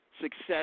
success